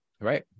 Right